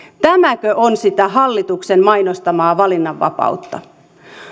tämäkö on sitä hallituksen mainostamaa valinnanvapautta